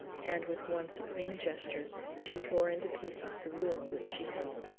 and with one supreme gesture she tore into pieces the will which she held,